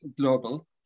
Global